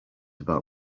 about